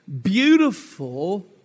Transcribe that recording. beautiful